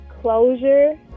closure